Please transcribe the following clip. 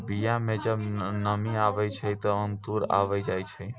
बीया म जब नमी आवै छै, त अंकुर आवि जाय छै